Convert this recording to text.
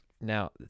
Now